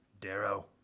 Darrow